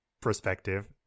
perspective